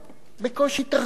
בקושי תרגישו.